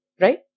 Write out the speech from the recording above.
Right